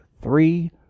three